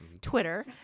Twitter